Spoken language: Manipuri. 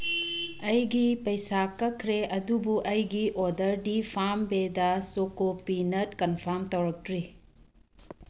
ꯑꯩꯒꯤ ꯄꯩꯁꯥ ꯀꯛꯈ꯭ꯔꯦ ꯑꯗꯨꯕꯨ ꯑꯩꯒꯤ ꯑꯣꯔꯗꯔ ꯐꯥꯔꯝ ꯚꯦꯗꯥ ꯆꯣꯀꯣ ꯄꯤꯅꯠ ꯀꯟꯐꯥꯔꯝ ꯇꯧꯔꯛꯇ꯭ꯔꯤ